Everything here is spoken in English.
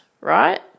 right